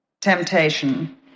temptation